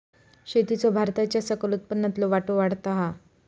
शेतीचो भारताच्या सकल उत्पन्नातलो वाटो वाढता हा